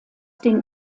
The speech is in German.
den